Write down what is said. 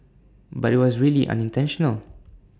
but IT was really unintentional